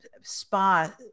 spa